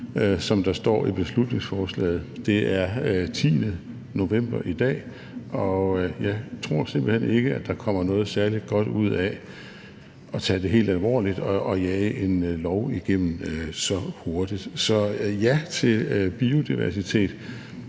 som der står i beslutningsforslaget. Det er den 10. november i dag, og jeg tror simpelt hen ikke, at der kommer noget særlig godt ud af at tage det helt alvorligt og jage en lov igennem så hurtigt. Så ja til biodiversitet,